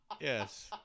Yes